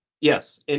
Yes